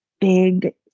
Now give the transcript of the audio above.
big